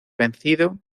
vencido